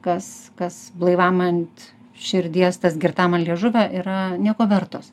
kas kas blaivam ant širdies tas girtam ant liežuvio yra nieko vertos